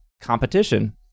competition